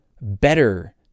better